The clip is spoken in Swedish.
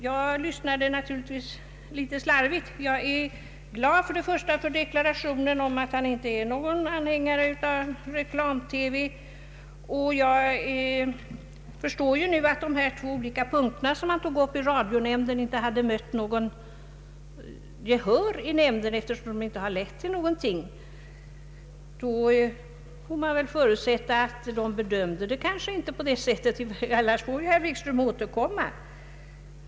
Jag lyssnade naturligtvis litet slarvigt. Jag är glad för deklarationen om att herr Wikström inte är någon anhängare av reklam-TV, och jag förstår nu att de två olika punkter som han tog upp i radionämnden inte mött något gehör. Man får väl förutsätta att nämnden inte gjort samma bedömning som herr Wikström. Herr Wikström får väl då återkomma.